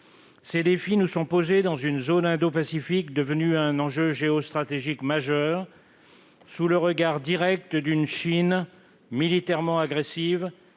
Ces défis nous sont posés dans une zone indo-pacifique devenue un enjeu géostratégique majeur, sous le regard direct d'une Chine militairement agressive,